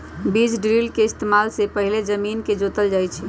बीज ड्रिल के इस्तेमाल से पहिले जमीन के जोतल जाई छई